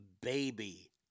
baby